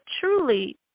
truly